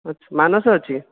ଆଚ୍ଛା ମାନସ ଅଛି